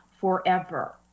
forever